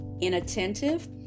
inattentive